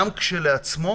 גם כשלעצמו